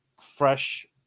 fresh